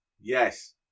yes